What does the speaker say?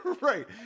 Right